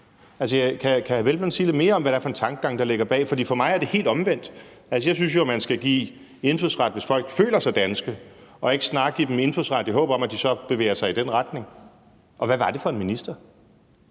Peder Hvelplund sige lidt mere om, hvad det er for en tankegang, der ligger bag, for det er for mig helt omvendt. Jeg synes jo, at man skal give indfødsret, hvis folk føler sig danske, snarere end at give dem indfødsret, i håb om at de så bevæger sig i den retning. Og hvad var det for en minister?